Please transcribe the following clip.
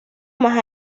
más